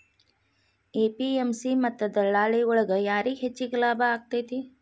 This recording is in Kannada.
ಎ.ಪಿ.ಎಂ.ಸಿ ಮತ್ತ ದಲ್ಲಾಳಿ ಒಳಗ ಯಾರಿಗ್ ಹೆಚ್ಚಿಗೆ ಲಾಭ ಆಕೆತ್ತಿ?